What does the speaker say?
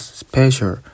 special